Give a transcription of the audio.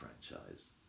franchise